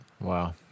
Wow